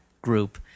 group